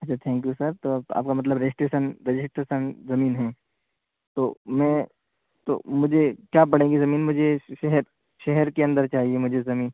اچھا thank you sir تو آپ کا مطلب رجسٹریشن رجسٹریشن زمین ہیں تو میں تو مجھے کیا پڑے گی زمین مجھے شہر شہر کے اندر چاہیے مجھے زمین